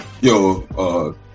Yo